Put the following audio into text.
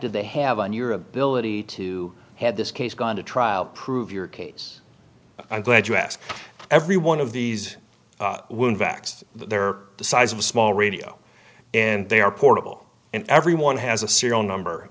did they have on your ability to have this case gone to trial prove your case i'm glad you asked every one of these facts they're the size of a small radio and they are portable and every one has a serial number